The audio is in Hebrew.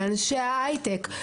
מאנשי ההיי-טק,